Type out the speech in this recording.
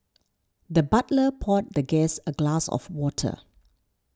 the butler poured the guest a glass of water